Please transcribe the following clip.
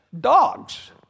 dogs